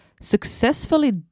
successfully